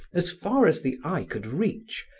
as far as the eye could reach,